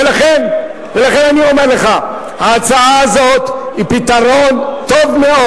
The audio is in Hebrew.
ולכן אני אומר לך, ההצעה הזאת היא פתרון טוב מאוד.